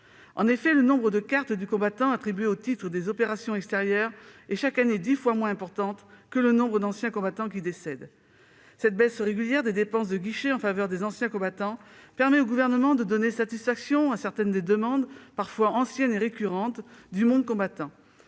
En effet, le nombre de cartes du combattant attribuées au titre des opérations extérieures est chaque année dix fois moins important que le nombre d'anciens combattants qui décèdent. Cette baisse régulière des dépenses de guichet en faveur des anciens combattants permet au Gouvernement de donner satisfaction à certaines des demandes, parfois anciennes et récurrentes, du monde combattant.